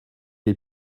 est